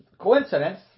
Coincidence